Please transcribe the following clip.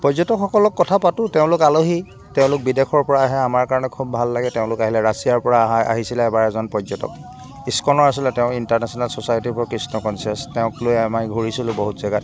পৰ্যটকসকলক কথা পাতোঁ তেওঁলোক আলহী তেওঁলোক বিদেশৰপৰা আহে আমাৰ কাৰণে খুব ভাল লাগে তেওঁলোক আহিলে ৰাছিয়াৰপৰা অহা আহিছিলে এবাৰ এজন পৰ্যটক স্কনৰ আছিলে তেওঁ ইণ্টাৰনেশ্যনেল ছ'চাইটি ওপৰত কৃষ্ণক কনচিয়াচ তেওঁক লৈ আমাৰ ঘূৰিছিলোঁ বহুত জেগাত